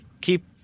Keep